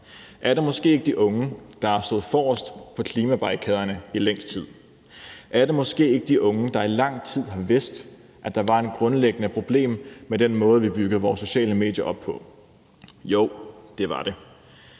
Er det måske ikke de unge, der har stået forrest på klimabarrikaderne i længst tid? Er det måske ikke de unge, der i lang tid har vidst, at der var et grundlæggende problem med den måde, vi bygger vores sociale medier op på? Jo, det er det.